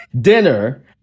dinner